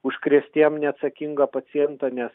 užkrėstiem neatsakingo paciento nes